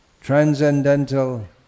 Transcendental